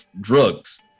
drugs